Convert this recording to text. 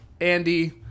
Andy